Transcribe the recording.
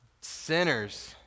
Sinners